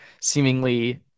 seemingly